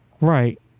Right